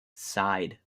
side